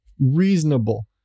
reasonable